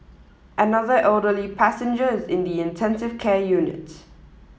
another elderly passenger is in the intensive care unit